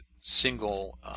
single